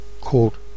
called